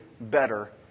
better